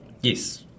yes